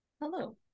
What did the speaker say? Hello